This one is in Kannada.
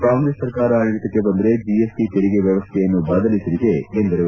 ಕಾಂಗ್ರೆಸ್ ಸರ್ಕಾರ ಆಡಳತಕ್ಕೆ ಬಂದರೆ ಜಿಎಸ್ಟ ತೆರಿಗೆ ವ್ಚವಸ್ವೆಯನ್ನು ಬದಲಿಸಿದೆ ಎಂದರು